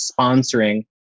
sponsoring